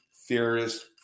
theorist